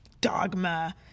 dogma